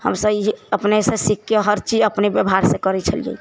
हमसब इएह अपनेसँ सीखिकऽ हर चीज अपने व्यवहारसँ करै छलिए